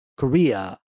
korea